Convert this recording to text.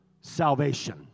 Salvation